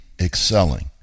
excelling